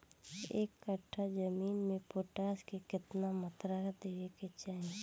एक कट्ठा जमीन में पोटास के केतना मात्रा देवे के चाही?